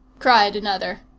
cried another.